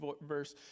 verse